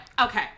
Okay